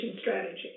strategy